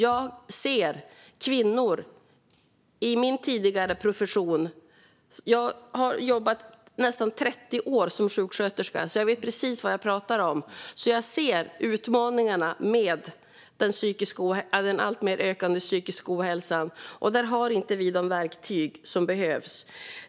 Jag har jobbat i nästan 30 år som sjuksköterska, så jag vet precis vad jag talar om. Jag ser utmaningarna med den ökande psykiska ohälsan, och där har vi inte de verktyg som behövs.